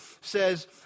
says